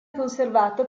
conservato